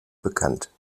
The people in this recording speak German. bekannt